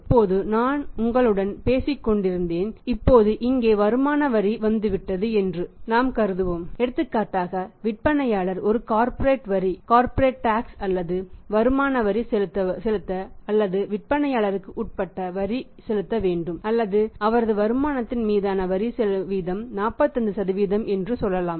இப்போது நான் உங்களுடன் பேசிக் கொண்டிருந்தேன் இப்போது இங்கே வருமான வரி வந்துவிட்டது என்று நாம் கருதுகிறோம் எடுத்துக்காட்டாக விற்பனையாளர் ஒரு கார்ப்பரேட் டாக்ஸ் அல்லது வருமான வரி செலுத்த அல்லது விற்பனையாளருக்கு உட்பட்ட வரி செலுத்த வேண்டும் அல்லது அவரது வருமானத்தின் மீதான வரி வீதம் 45 என்று சொல்லலாம்